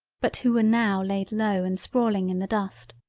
but who were now laid low and sprawling in the dust.